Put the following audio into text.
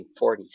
1940s